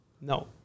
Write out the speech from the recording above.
No